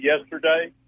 yesterday